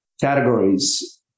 categories